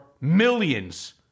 millions